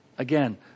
Again